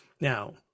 Now